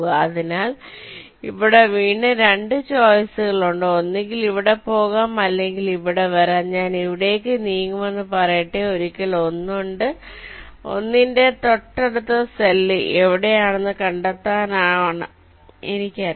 അതിനാൽ ഇവിടെ വീണ്ടും 2 ചോയ്സുകൾ ഉണ്ട് ഒന്നുകിൽ ഇവിടെ പോകാം അല്ലെങ്കിൽ ഇവിടെ വരാം ഞാൻ ഇവിടേക്ക് നീങ്ങുമെന്ന് പറയട്ടെ ഒരിക്കൽ 1 ഉണ്ട് 1 ന്റെ തൊട്ടടുത്ത സെൽ എവിടെയാണെന്ന് കണ്ടെത്താനാണെന്ന് എനിക്കറിയാം